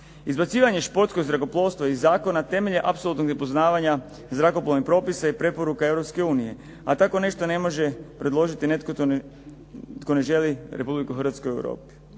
Izbacivanje športskog zrakoplovstva iz zakona temelj je apsolutnog nepoznavanja zrakoplovnih propisa i preporuka Europske unije, a tako nešto ne može predložiti netko tko ne želi Republiku Hrvatsku u Europi.